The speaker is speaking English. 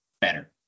better